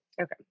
Okay